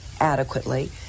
adequately